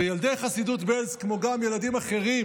וילדי חסידות בעלז, כמו ילדים אחרים